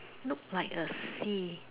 look like a sea